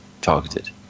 targeted